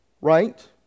right